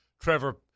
Trevor